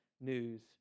news